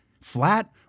flat